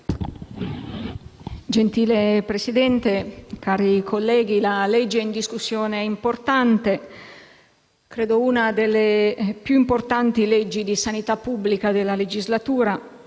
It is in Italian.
Signor Presidente, cari colleghi, la legge in discussione è importante, una delle più importanti leggi di sanità pubblica della legislatura,